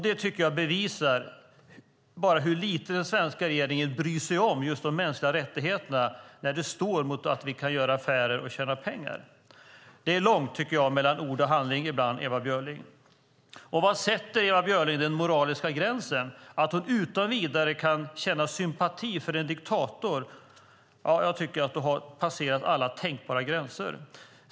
Det tycker jag bevisar hur lite den svenska regeringen bryr sig om just de mänskliga rättigheterna när de står mot att vi kan göra affärer och tjäna pengar. Det är långt mellan ord och handling ibland, Ewa Björling. Var sätter Ewa Björling den moraliska gränsen? Om hon utan vidare kan känna sympati för en diktator tycker jag att hon har passerat alla tänkbara gränser.